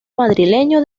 madrileño